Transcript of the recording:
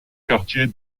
quartier